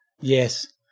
yes